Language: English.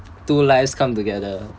two lives come together